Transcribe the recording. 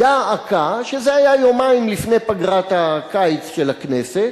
דא עקא שזה היה יומיים לפני פגרת הקיץ של הכנסת,